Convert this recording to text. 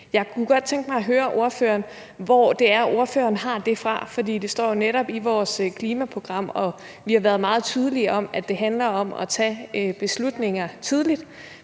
Jeg kunne godt tænke mig at høre ordføreren, hvor det er, ordføreren har det fra. Der står jo netop i vores klimaprogram, og vi har været meget tydelige om det, at det handler om at tage beslutninger tidligt.